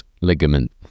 ligament